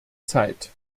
zeit